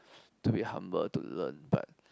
to be humble to learn but